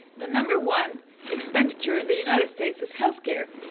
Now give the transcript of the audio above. the number one expenditure in the united states is health care.